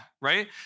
Right